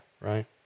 right